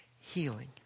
healing